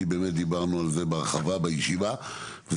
כי באמת דיברנו על זה בהרחבה בישיבה שהייתה.